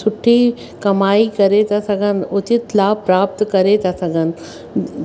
सुठी कमाई करे था सघनि उचित लाभ प्राप्त करे था सघनि